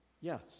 Yes